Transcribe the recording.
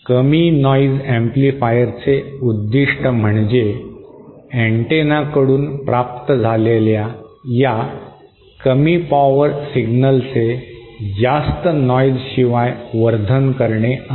कमी नॉइज अँप्लिफायरचे उद्दीष्ट म्हणजे अँटेनाकडून प्राप्त झालेल्या या कमी पॉवर सिग्नलचे जास्त नॉइजशिवाय वर्धन करणे आहे